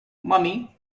mommy